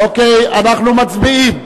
אוקיי, אנחנו מצביעים,